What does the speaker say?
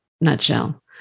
nutshell